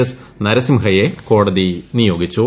S നരസിംഹയെ കോടതി നിയോഗിച്ചു